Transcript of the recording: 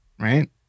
right